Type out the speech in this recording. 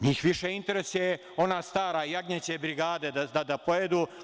Njih više interesuje ona stara, jagnjeće brigade, da pojedu.